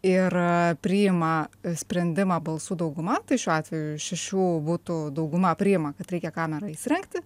ir priima sprendimą balsų dauguma tai šiuo atveju šešių butų dauguma priima kad reikia kamerą įsirengti